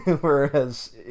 Whereas